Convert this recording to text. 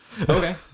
Okay